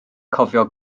cofio